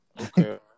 Okay